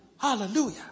Hallelujah